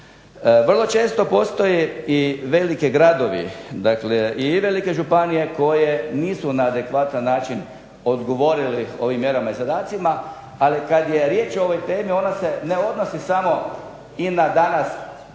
Vrlo često postoje i veliki gradovi, dakle i velike županije koje nisu na adekvatan način odgovorili ovim mjerama i zadacima. Ali kada je riječ o ovoj temi ona se ne odnosi samo i na danas aktivne